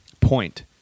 point